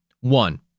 One